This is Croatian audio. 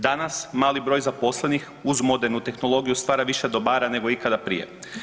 Danas mali broj zaposlenih uz modernu tehnologiju stvara više dobara nego ikada prije.